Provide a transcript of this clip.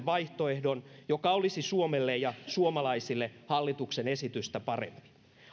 vaihtoehdon joka olisi suomelle ja suomalaisille hallituksen esitystä parempi